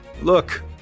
Look